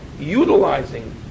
utilizing